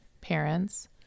parents